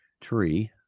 tree